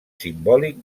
simbòlic